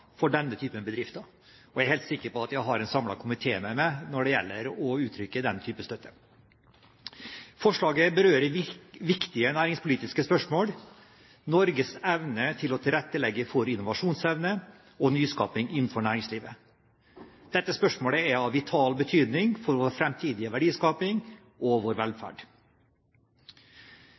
for denne typen bedrifter, og jeg er helt sikker på at jeg har en samlet komité med meg når det gjelder å uttrykke den type støtte. Forslaget berører viktige næringspolitiske spørsmål – Norges evne til å tilrettelegge for innovasjonsevne og nyskapning innenfor næringslivet. Dette spørsmålet er av vital betydning for vår framtidige verdiskapning og vår velferd.